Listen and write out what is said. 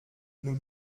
nous